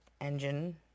engine